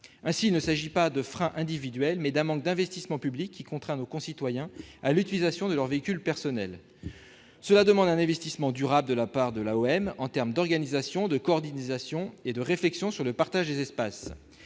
en raison non pas de freins individuels, mais d'un manque d'investissement public que nos concitoyens sont contraints à l'utilisation de leur véhicule personnel. Tout cela demande un investissement durable de la part de l'AOM en termes d'organisation, de coordination et de réflexion sur le partage des espaces.